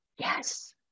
Yes